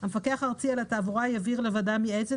המפקח הארצי על התעבורה יעביר לוועדה המייעצת